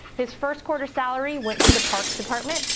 his first quarter salary went to the parks department.